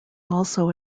also